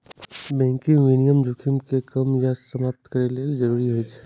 bank विनियमन जोखिम कें कम या समाप्त करै लेल जरूरी होइ छै